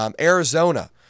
Arizona